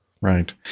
right